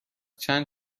چند